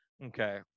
Okay